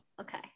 okay